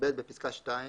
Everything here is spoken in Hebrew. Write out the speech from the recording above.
בפסקה (2),